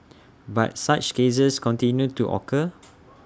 but such cases continue to occur